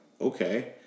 Okay